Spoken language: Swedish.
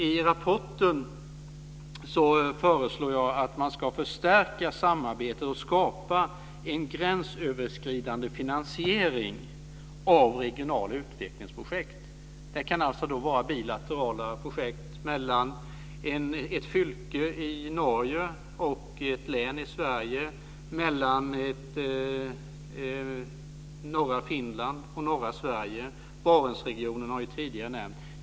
I rapporten föreslår jag att man ska förstärka samarbetet och skapa en gränsöverskridande finansiering av regionala utvecklingsprojekt. Det kan alltså vara bilaterala projekt mellan ett fylke i Norge och ett län i Sverige, mellan norra Finland och norra Sverige. Barentsregionen har tidigare nämnts.